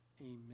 amen